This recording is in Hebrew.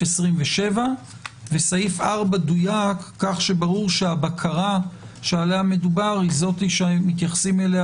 27. סעיף 4 דויק כך שברור שהבקרה שעליה מדובר היא זו שמתייחסים אליה